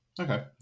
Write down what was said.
Okay